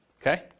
Okay